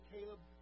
Caleb